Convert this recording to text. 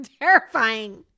terrifying